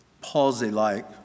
palsy-like